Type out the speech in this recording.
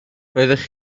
roeddech